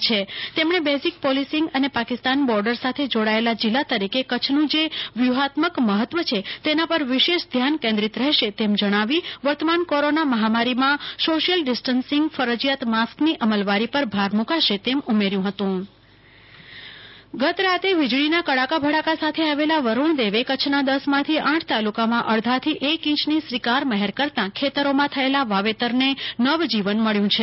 વિધિવત પદભાર સંભાળતા તેમણે બેઝીક પોલીસીંગ અને પાકિસ્તાન બોર્ડર સાથે જોડાયેલા જિલ્લા તરીકે કચ્છનું જે વ્યુહાત્મક મહત્વછે તેના પર વિશેષ ધ્યાન કેન્દ્રીત રહેશે તેમ જણાવી વર્તમાન કોરોના મહામારીમાં સોશિયલ ડિસ્ટન્સીંગ ફરજીયાત માસ્કની અમલવારી પર ભાર મુકાશે તેમ ઉમેર્યુ હતું કલ્પના શાહ જિલ્લામાં વરસાદ ગઈકાલે વીજળીના કડાકા ભડાકા સાથે આવેલા વરૂણદેવ કચ્છના દશમાંથી આઠ તાલુકામાં અડધાથી એક ઈંચની શ્રીકાર મહેર કરતા ખેતરોમાં થયેલા વાવેતરને નવજીવન મળ્યુ છે